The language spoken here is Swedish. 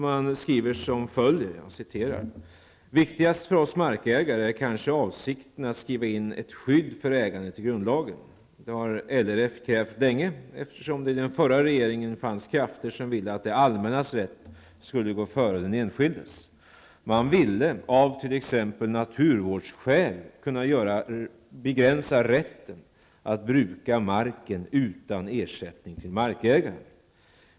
Man skriver följande: ''Viktigast för oss markägare är kanske avsikten att skriva in ett skydd för ägandet i grundlagen. Det har LRF krävt länge eftersom det i den förra regeringen fanns krafter som ville att det allmännas rätt skulle gå före den enskildes. Man ville av t.ex. naturvårdsskäl kunna begränsa rätten att bruka marken utan ersättning till markägaren.